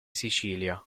sicilia